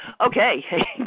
Okay